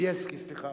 בילסקי, סליחה.